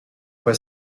fois